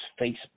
Facebook